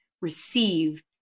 receive